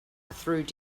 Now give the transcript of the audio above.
through